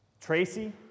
Tracy